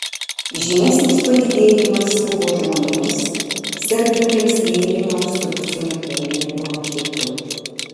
žymesnis padidėjimas buvo žmonėms sergantiems lėtiniu obstrukciniu pūliniu bronchitu